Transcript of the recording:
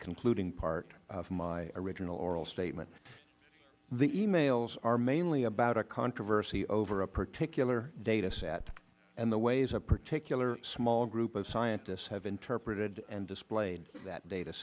concluding part of my original oral statement the e mails are mainly about a controversy over a particular data set and the ways a particular small group of scientists have interpreted and displayed that data